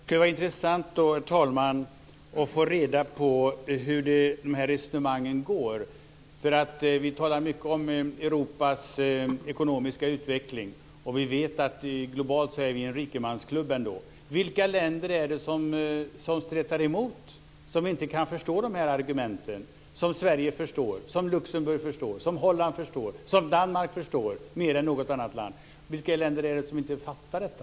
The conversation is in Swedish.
Herr talman! Det kunde vara intressant att få reda på hur resonemangen går. Vi talar mycket om Europas ekonomiska utveckling. Vi vet att vi globalt sett ändå är en rikemansklubb. Vilka länder är det som stretar emot och inte kan förstå argumenten som Sverige, Luxemburg, Holland och Danmark mer än något annat land förstår? Vilka länder är det som inte fattar detta?